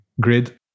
grid